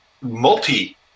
multi